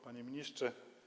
Panie Ministrze!